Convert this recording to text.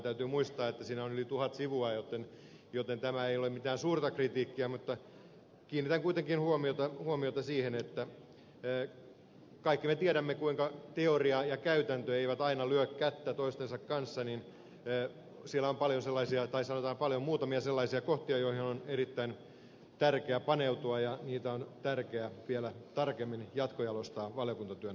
täytyy muistaa että siinä on yli tuhat sivua joten tämä ei ole mitään suurta kritiikkiä mutta kiinnitän kuitenkin huomiota siihen kaikki me tiedämme kuinka teoria ja käytäntö eivät aina lyö kättä toistensa kanssa niin tee sillä on paljon sellaisia että siellä on muutamia sellaisia kohtia joihin on erittäin tärkeää paneutua ja niitä on tärkeää vielä tarkemmin jatkojalostaa valiokuntatyön aikana